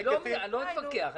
אני לא מתווכח,